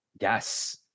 Yes